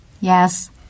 Yes